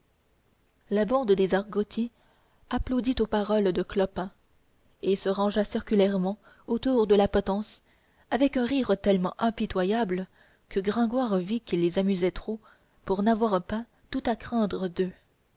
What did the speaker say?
la bande des argotiers applaudit aux paroles de clopin et se rangea circulairement autour de la potence avec un rire tellement impitoyable que gringoire vit qu'il les amusait trop pour n'avoir pas tout à craindre d'eux